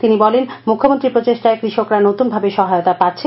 তিনি বলেন মুখ্যমন্ত্রীর প্রচেষ্টায় কৃষকরা নতুন ভাবে সহায়তা পাচ্ছে